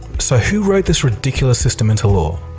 so who wrote this ridiculous system into law?